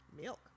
milk